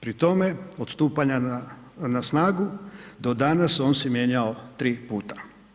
Pri tome, od stupanja na snagu do danas, on se mijenjao 3 puta.